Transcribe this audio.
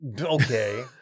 Okay